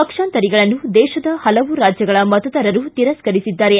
ಪಕ್ಷಾಂತರಿಗಳನ್ನು ದೇಶದ ಪಲವು ರಾಜ್ಯಗಳ ಮತದಾರರು ತಿರಸ್ಕರಿಸಿದ್ದಾರೆ